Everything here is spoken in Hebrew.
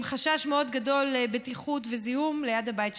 חשש מאוד גדול לבטיחות וזיהום ליד הבית שלהם.